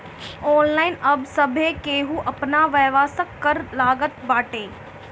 online अब सभे केहू आपन व्यवसाय करे लागल बाटे